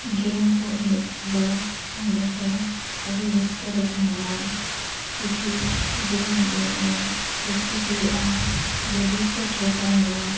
ᱜᱮᱢ ᱠᱚ ᱮᱱᱮᱡ ᱛᱮᱫᱚ ᱢᱚᱱᱮ ᱠᱚ ᱟᱹᱰᱤ ᱨᱟᱹᱥᱠᱟᱹᱨᱮ ᱛᱟᱦᱮᱱᱟ ᱠᱤᱭᱩᱠᱤ ᱜᱮᱢ ᱮᱱᱮᱡ ᱟ ᱯᱨᱮᱠᱴᱤᱥ ᱦᱩᱭᱩᱜᱼᱟ ᱵᱚᱰᱤ ᱯᱷᱤᱴ ᱨᱮ ᱛᱟᱦᱮᱱᱟ